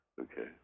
Okay